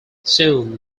soon